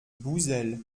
bouzel